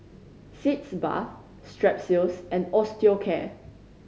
Sitz Bath Strepsils and Osteocare